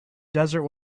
desert